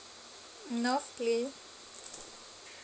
north way